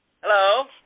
Hello